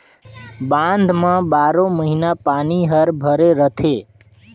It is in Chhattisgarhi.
बांध म बारो महिना पानी हर भरे रथे